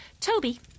Toby